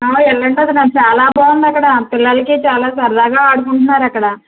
ఆ వెళ్ళండి వదినా చాలా బాగుంది అక్కడ పిల్లలకి చాలా సరదాగా ఆడుకుంటున్నారు అక్కడ